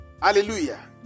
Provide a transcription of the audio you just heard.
Hallelujah